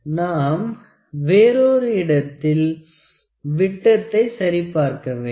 நாம் வேறொரு இடத்தில் விட்டத்தை சரி பார்க்க வேண்டும்